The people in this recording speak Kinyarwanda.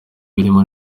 birimo